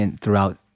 throughout